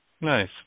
nice